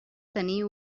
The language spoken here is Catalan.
tenir